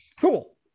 cool